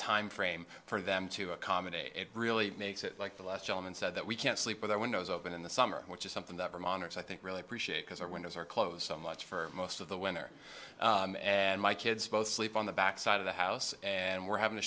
time frame for them to accommodate it really makes it like the last gentleman said that we can't sleep with our windows open in the summer which is something that vermonters i think really appreciate because our windows are closed so much for most of the winner and my kids both sleep on the back side of the house and we're having to